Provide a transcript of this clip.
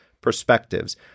perspectives